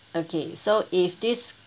okay so if this